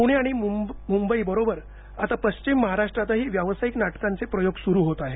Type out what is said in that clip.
पुणे आणि मुंबई बरोबर आता पश्चिम महाराष्ट्रातही व्यावसायिक नाटकांचे प्रयोग सुरू होत आहेत